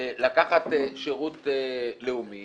לקחת שירות לאומי